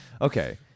okay